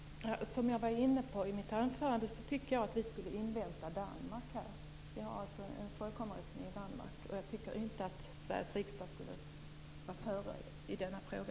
Fru talman! Som jag var inne på i mitt anförande tycker jag att Sverige skulle invänta en folkomröstning i Danmark. Jag tycker inte att Sveriges riksdag skall gå före i denna fråga.